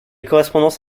correspondance